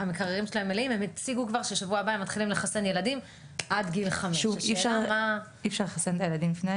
כולם מסתכלים שם, כולם יודעים לפתוח את הטלגרם או